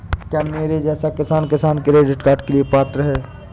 क्या मेरे जैसा किसान किसान क्रेडिट कार्ड के लिए पात्र है?